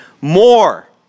More